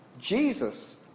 Jesus